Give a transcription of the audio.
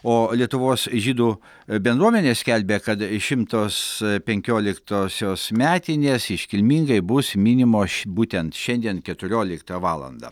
o lietuvos žydų bendruomenė skelbė kad šimtos penkioliktosios metinės iškilmingai bus minimos š būtent šiandien keturioliktą valandą